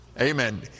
Amen